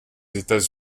états